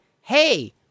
hey